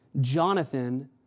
Jonathan